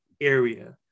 area